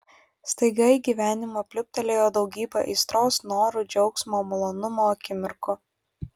staiga į gyvenimą pliūptelėjo daugybė aistros norų džiaugsmo malonumo akimirkų